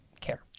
care